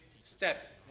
step